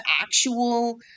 actual